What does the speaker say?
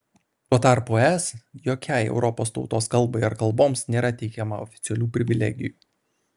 tuo tarpu es jokiai europos tautos kalbai ar kalboms nėra teikiama oficialių privilegijų